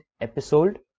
episode